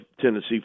Tennessee